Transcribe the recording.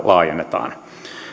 laajennetaan